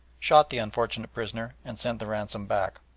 shot the unfortunate prisoner and sent the ransom back.